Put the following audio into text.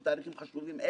שר האוצר,